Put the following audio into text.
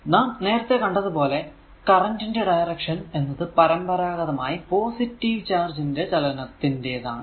നാം നേരത്തെ കണ്ടത് പോലെ കറന്റ് ന്റെ ഡയറക്ഷൻ എന്നത് പരമ്പരാഗതമായി പോസിറ്റീവ് ചാർജ് ന്റെ ചലത്തിന്റേതാണ്